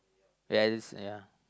ya